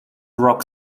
rock